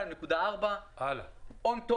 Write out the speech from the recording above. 2.4 מיליון.